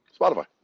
Spotify